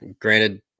granted